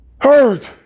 heard